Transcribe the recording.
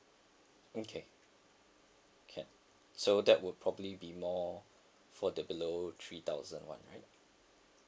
okay can so that would probably be more for the below three thousand one right